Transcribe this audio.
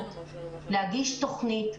להגיש תוכנית,